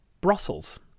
Brussels